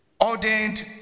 Ordained